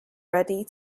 ready